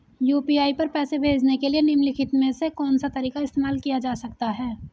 UPI पर पैसे भेजने के लिए निम्नलिखित में से कौन सा तरीका इस्तेमाल किया जा सकता है?